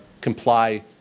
comply